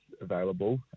available